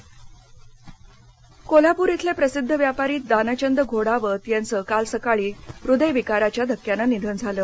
कोल्हापुरः कोल्हापूर ब्रिले प्रसिद्ध व्यापारी दानचंद घोडावत यांचं काल सकाळी हृदयविकाराच्या धक्क्यानं निधन झालं